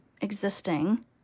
existing